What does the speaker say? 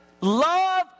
love